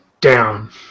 down